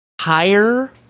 higher